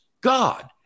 God